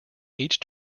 each